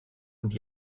und